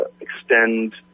extend